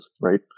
right